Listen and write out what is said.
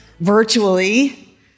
virtually